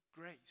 grace